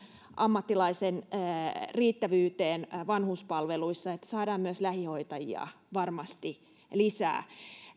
ammattilaisten riittävyyteen vanhuspalveluissa että saadaan myös lähihoitajia varmasti lisää